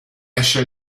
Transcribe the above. esce